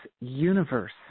universe